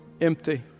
empty